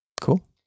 cool